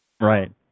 Right